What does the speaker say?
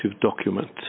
document